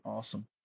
Awesome